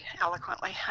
eloquently